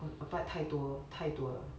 applied 太多太多了